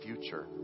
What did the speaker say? future